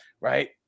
Right